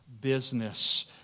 business